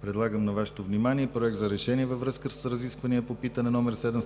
Предлагам на Вашето внимание Проект за решение във връзка с разисквания, №